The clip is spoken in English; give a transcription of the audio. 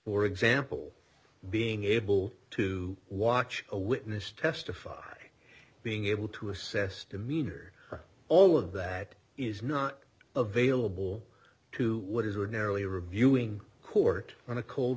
for example being able to watch a witness testify being able to assess demeanor all of that is not available to what is ordinarily reviewing court on a cold